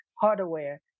hardware